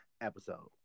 episode